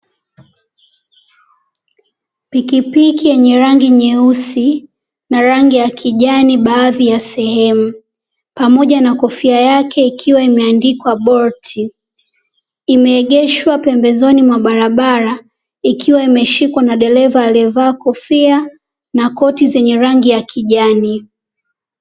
Pikipiki yenye rangi nyeusi na rangi ya kijani baadhi ya sehemu pamoja na kofia yake ikiwa imeandikwa "Bolt". Imeegeshwa pembezoni mwa barabara ikiwa imeshikwa na dereva alievaa kofia na koti zenye rangi ya kijani.